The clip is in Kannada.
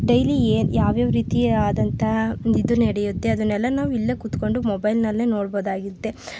ಡೈಲಿ ಏನು ಯಾವ್ಯಾವ ರೀತಿ ಆದಂತಹ ಒಂದು ಇದು ನಡೆಯುತ್ತೆ ಅದನ್ನೆಲ್ಲ ನಾವು ಇಲ್ಲೇ ಕೂತ್ಕೊಂಡು ಮೊಬೈಲ್ನಲ್ಲೇ ನೋಡ್ಬೋದಾಗಿರುತ್ತೆ